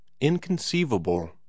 Inconceivable